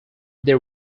they